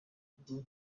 bwo